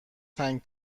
تنگ